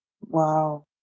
wow